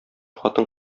хатын